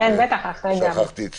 כן, בטח, אחרי גבי.